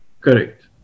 Correct